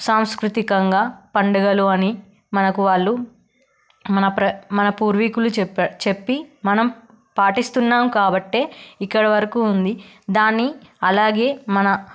సాంస్కృతికంగా పండుగలు అని మనకు వాళ్ళు మన పూర్వికులు చెప్పి మనం పాటిస్తున్నాము కాబట్టే ఇక్కడి వరకు ఉంది దాన్ని అలాగే మన